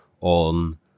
on